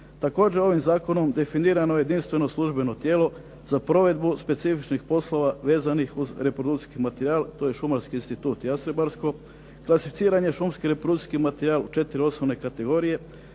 Također ovim zakonom definirano je jedinstveno službeno tijelo za provedbu specifičnih poslova vezanih uz reprodukcijski materijal. To je Šumarski institut Jastrebarsko. Klasificiran je šumski reprodukcijski materijal u četiri osnovne kategorije.